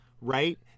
right